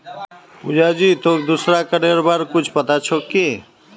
पुजा जी, तोक दूसरा करेर बार कुछु पता छोक की